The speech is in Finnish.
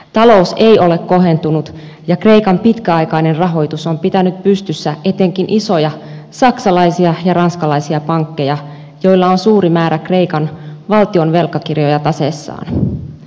talous ei ole kohentunut ja kreikan pitkäaikainen rahoitus on pitänyt pystyssä etenkin isoja saksalaisia ja ranskalaisia pankkeja joilla on suuri määrä kreikan valtionvelkakirjoja taseessaan